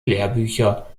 lehrbücher